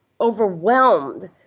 overwhelmed